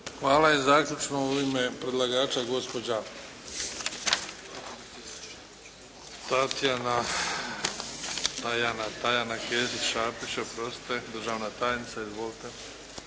Hvala. I zaključno u ime predlagača gospođa Tajana Kesić Šapić, državna tajnica. Izvolite.